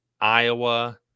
Iowa